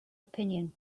opinion